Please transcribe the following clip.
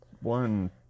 one